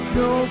no